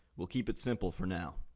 we'll keep it simple for now.